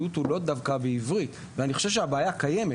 הוא לא דווקא בעברית ואני חושב שהבעיה קיימת.